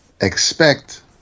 expect